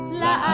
la